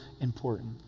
important